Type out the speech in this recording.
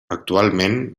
actualment